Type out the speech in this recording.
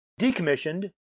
decommissioned